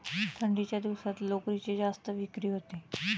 थंडीच्या दिवसात लोकरीची जास्त विक्री होते